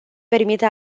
permite